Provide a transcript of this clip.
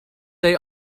they